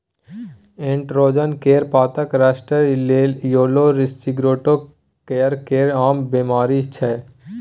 anthracnose, केरा पातक rust, yellow sigatoka केरा केर आम बेमारी छै